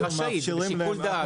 לא ממש לא.